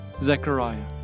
Zechariah